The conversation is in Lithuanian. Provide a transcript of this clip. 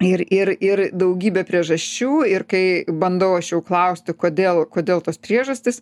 ir ir ir daugybė priežasčių ir kai bandau aš jau klausti kodėl kodėl tos priežastys